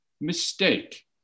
mistake